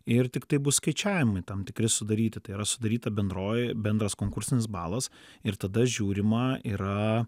ir tiktai bus skaičiavimai tam tikri sudaryti tai yra sudaryta bendroji bendras konkursinis balas ir tada žiūrima yra